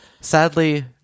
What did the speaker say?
Sadly